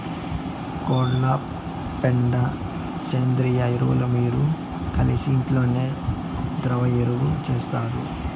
కోళ్ల పెండ సేంద్రియ ఎరువు మీరు కలిసి ఇంట్లోనే ద్రవ ఎరువు చేస్తారు